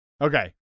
Okay